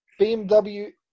BMW